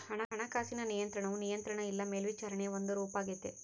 ಹಣಕಾಸಿನ ನಿಯಂತ್ರಣವು ನಿಯಂತ್ರಣ ಇಲ್ಲ ಮೇಲ್ವಿಚಾರಣೆಯ ಒಂದು ರೂಪಾಗೆತೆ